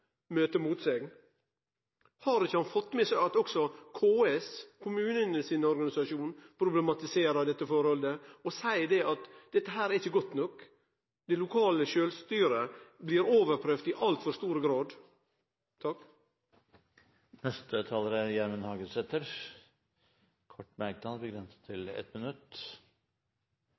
møter motsegn. Har han ikkje fått med seg at også KS – kommunane sin organisasjon – problematiserer dette forholdet og seier at dette ikkje er godt nok? Det lokale sjølvstyret blir overprøvd i altfor stor grad. Representanten Gjermund Hagesæter har hatt ordet to ganger tidligere og får ordet til en kort merknad, begrenset til 1 minutt.